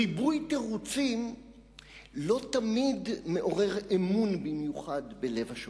ריבוי תירוצים לא תמיד מעורר אמון מיוחד בלב השומע.